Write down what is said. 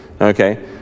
okay